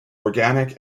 organic